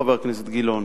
חבר הכנסת גילאון,